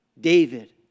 David